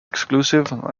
exclusive